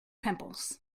pimples